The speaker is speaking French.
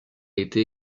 été